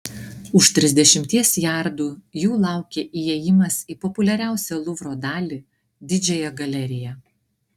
už trisdešimties jardų jų laukė įėjimas į populiariausią luvro dalį didžiąją galeriją